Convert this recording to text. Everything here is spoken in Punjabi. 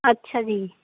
ਅੱਛਾ ਜੀ